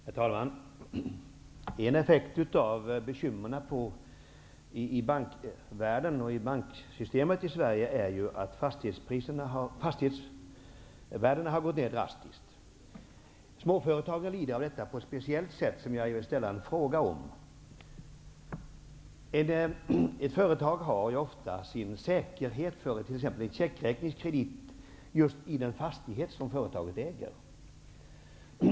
Herr talman! En effekt av bekymren i bankvärlden och i banksystemet i Sverige är ju att fastighetsvärdena drastiskt har gått ned. Småföretagen lider av detta på ett speciellt sätt. Ett företag har ofta sin säkerhet för t.ex. en checkräkningskredit just i den fastighet som företaget äger.